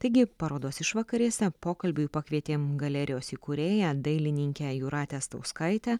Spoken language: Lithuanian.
taigi parodos išvakarėse pokalbiui pakvietėm galerijos įkūrėją dailininkę jūratę stauskaitę